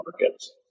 markets